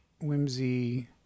whimsy